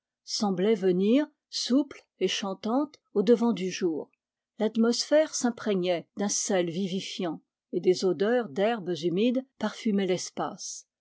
semblait venir souple et chantante au-devant du jour l'atmosphère s'imprégnait d'un sel vivifiant et des odeurs d'herbes humides parfumaient l'espace